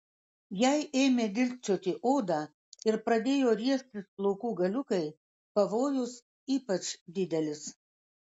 jei ėmė dilgčioti odą ir pradėjo riestis plaukų galiukai pavojus ypač didelis